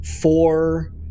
four